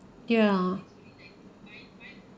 ya